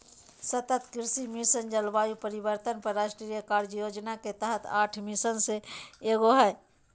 सतत कृषि मिशन, जलवायु परिवर्तन पर राष्ट्रीय कार्य योजना के तहत आठ मिशन में से एगो हइ